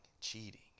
cheating